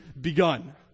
begun